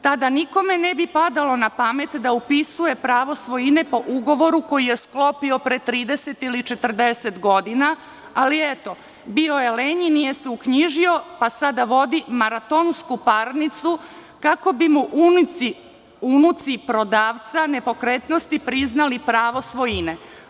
Tada nikome ne bi padalo na pamet da upisuje pravo svojine po ugovoru koji je sklopio pre 30 ili 40 godina, ali, eto, bio je lenj i nije se uknjižio, pa sada vodi maratonsku parnicu kako bi mu unuci prodavca nepokretnosti priznali pravo svojine.